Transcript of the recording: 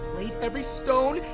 laid every stone,